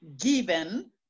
given